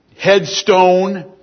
headstone